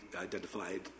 identified